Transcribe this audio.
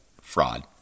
fraud